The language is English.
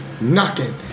knocking